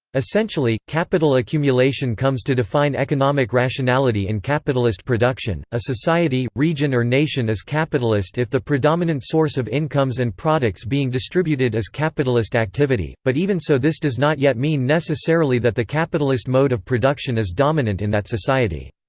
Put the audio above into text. essentially, capital accumulation comes to define economic rationality in capitalist production a society, region or nation is capitalist if the predominant source of incomes and products being distributed is capitalist activity, but even so this does not yet mean necessarily that the capitalist mode of production is dominant in that society.